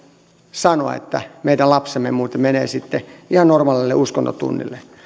sanoa että meidän lapsemme muuten menee sitten ihan normaalille uskontotunnille